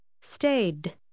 Stayed